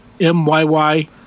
M-Y-Y